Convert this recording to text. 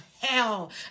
hell